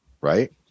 right